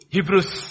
Hebrews